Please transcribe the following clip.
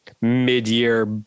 mid-year